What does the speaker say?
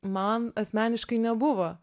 man asmeniškai nebuvo